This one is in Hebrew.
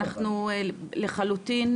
אנחנו לחלוטין